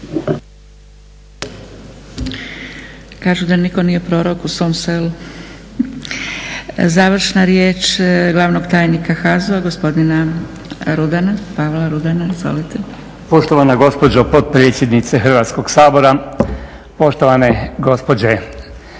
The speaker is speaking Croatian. Kažu da nitko nije prorok u svom selu. Završna riječ glavnog tajnika HAZU-a, gospodina Rudana, Pavla Rudana. Izvolite. **Rudan, Pavao** Poštovana gospođo potpredsjednice Hrvatskog sabora, poštovane gospođe